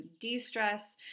de-stress